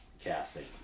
casting